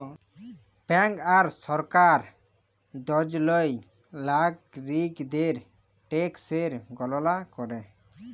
bank আর সরকার দুজলই লাগরিকদের ট্যাকসের গললা ক্যরে